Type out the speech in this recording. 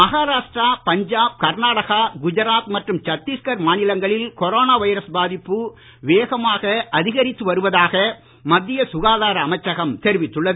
மகாராஷ்டிரா பஞ்சாப் கர்நாடகா குஜராத் மற்றும் சத்தீஷ்கர் மாநிலங்களில் corona virus பாதிப்பு வேகமாக அதிகரித்து வருவதாக மத்திய சுகாதார அமைச்சகம் தெரிவித்துள்ளது